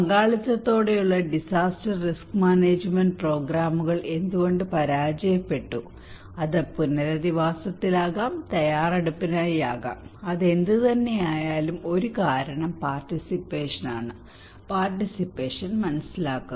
പങ്കാളിത്തത്തോടെയുള്ള disaster risk management പ്രോഗ്രാമുകൾ എന്തുകൊണ്ട് പരാജയപ്പെട്ടു അത് പുനരധിവാസത്തിലാകാം തയ്യാറെടുപ്പിനായി ആകാം അത് എന്തുതന്നെയായാലും ഒരു കാരണം പാർട്ടിസിപ്പേഷൻ ആണ് പാർട്ടിസിപ്പേഷൻ മനസ്സിലാക്കുന്നു